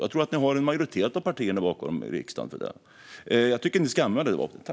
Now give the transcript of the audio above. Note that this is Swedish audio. Jag tror att ni har en majoritet av partierna i riksdagen bakom det. Jag tycker att ni ska använda det vapnet.